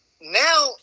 now